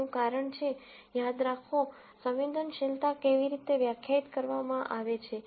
તેનું કારણ છે યાદ રાખો સંવેદનશીલતા કેવી રીતે વ્યાખ્યાયિત કરવામાં આવે છે